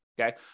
okay